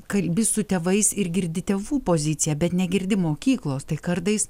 kalbi su tėvais ir girdi tėvų poziciją bet negirdi mokyklos tai kartais